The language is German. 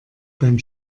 beim